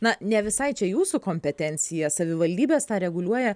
na ne visai čia jūsų kompetencija savivaldybės tą reguliuoja